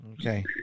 Okay